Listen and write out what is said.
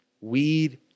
Weed